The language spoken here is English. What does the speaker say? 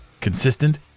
consistent